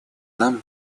нам